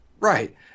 Right